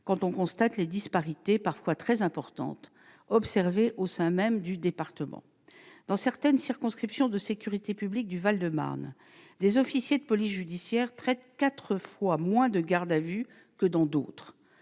quand on constate les disparités, parfois très importantes, existant dans le Val-de-Marne. Dans certaines circonscriptions de sécurité publique de ce département, des officiers de police judiciaire traitent quatre fois moins de gardes à vue que dans d'autres.